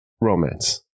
romance